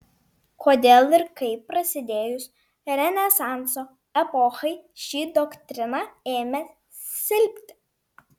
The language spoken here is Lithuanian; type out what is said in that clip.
kodėl ir kaip prasidėjus renesanso epochai ši doktrina ėmė silpti